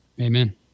Amen